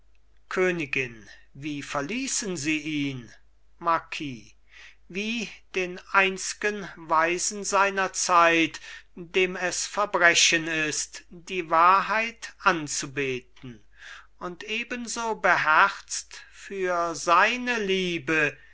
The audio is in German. königin wie verließen sie ihn marquis wie den einzgen weisen seiner zeit dem es verbrechen ist die wahrheit anzubeten und ebenso beherzt für seine liebe